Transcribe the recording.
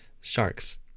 Sharks